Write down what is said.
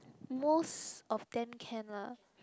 most of them can lah